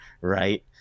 Right